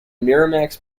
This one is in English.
miramax